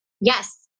Yes